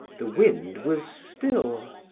the wind was still,